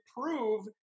prove